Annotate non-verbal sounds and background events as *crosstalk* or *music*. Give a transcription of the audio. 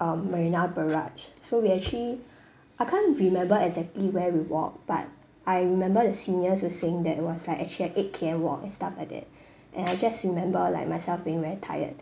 um marina barrage so we actually *breath* I can't remember exactly where we walk but I remember the seniors were saying that it was like actually a eight K_M walk and stuff like that *breath* and I just remember like myself being very tired